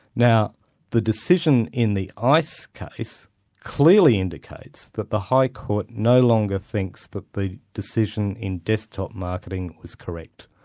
now the decision in the ice case clearly indicates that the high court no longer thinks that the decision in desktop marketing was correct.